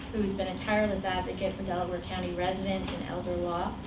who has been a tireless advocate for delaware county residents in elder law.